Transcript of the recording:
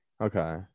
Okay